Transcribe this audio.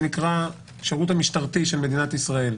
שנקרא השירות המשטרתי של מדינת ישראל.